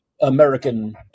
American